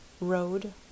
Road